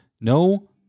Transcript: No